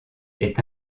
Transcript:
est